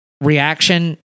reaction